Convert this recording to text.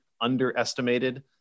underestimated